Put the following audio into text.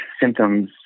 symptoms